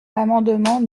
l’amendement